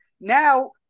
Now